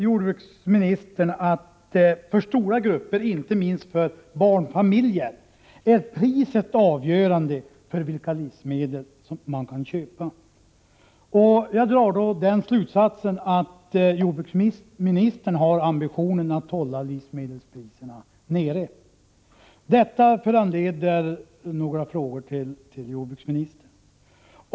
Jordbruksministern sade att det för stora grupper, inte minst för barnfamiljerna, är priset som är avgörande för vilka livsmedel de kan köpa. Jag drar då slutsatsen att jordbruksministern har ambitionen att hålla livsmedelspriserna nere. Detta föranleder några frågor till jordbruksministern.